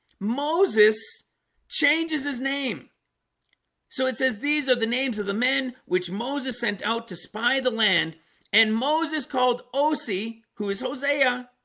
moses changes his name so it says these are the names of the men which moses sent out to spy the land and moses called. osi who is hosea